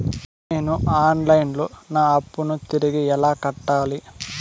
నేను online లో నా అప్పును తిరిగి ఎలా కట్టాలి?